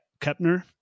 Kepner